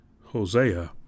Hosea